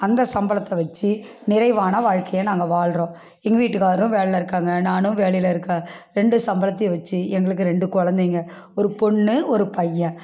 அந்த சம்பளத்தை வச்சு நிறைவான வாழ்க்கையை நாங்கள் வாழ்கிறோம் எங்கள் வீட்டுக்காரரும் வேலைல இருக்காங்க நானும் வேலையில் இருக்கேன் ரெண்டு சம்பளத்தையும் வச்சு எங்களுக்கு ரெண்டு குழந்தைங்க ஒரு பொண்ணு ஒரு பையன்